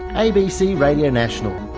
abc radio national,